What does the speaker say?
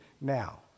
now